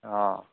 অঁ